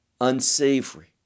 unsavory